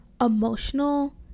emotional